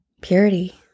Purity